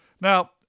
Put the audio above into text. Now